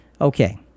Okay